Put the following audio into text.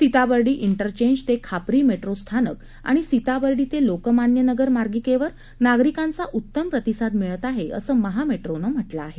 Sitabardi interchange ते Khapri metro स्थानक आणि सिताबर्डी ते लोकमान्य नगर मार्गिकेवर नागरिकांचा उत्तम प्रतिसाद मिळत आहे असं महामेट्रोनं म्हटलं आहे